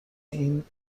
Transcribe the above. این